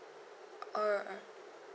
alright